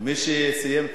מי היה אז ראש השב"כ?